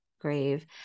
grave